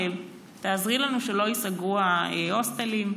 תעזרי לנו שלא ייסגרו ההוסטלים.